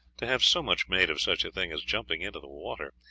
to have so much made of such a thing as jumping into the water.